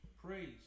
Praise